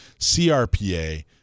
CRPA